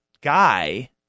guy